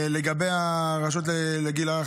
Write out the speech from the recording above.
לגבי הרשות לגיל הרך,